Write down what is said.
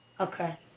Okay